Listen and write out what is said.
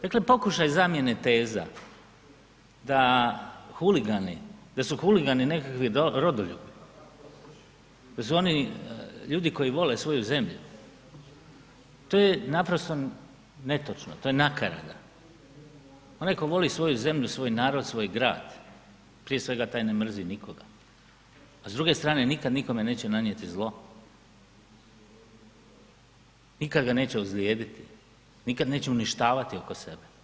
Dakle pokušaj zamjene teza da huligani, da su huligani nekakvi rodoljubi, da su oni ljudi koji vole svoju zemlju, to je naprosto netočno, to je nakarada, onaj koji voli svoju zemlju, svoj narod, svoj grad, prije svega taj ne mrzi nikoga, a s druge strane nikad nikome neće nanijeti zlo, nikad ga neće ozlijediti, nikad neće uništavati oko sebe, zašto?